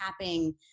tapping